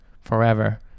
forever